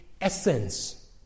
essence